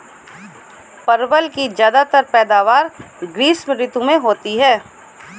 परवल की ज्यादातर पैदावार ग्रीष्म ऋतु में होती है